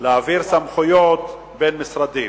להעביר סמכויות בין משרדים.